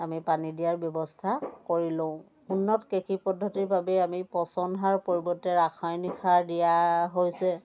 আমি পানী দিয়াৰ ব্যৱস্থা কৰি লওঁ উন্নত কৃষি পদ্ধতিৰ বাবে আমি পচন সাৰৰ পৰিৱৰ্তে ৰাসায়নিক সাৰ দিয়া হৈছে